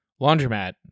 Laundromat